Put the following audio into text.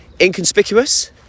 Inconspicuous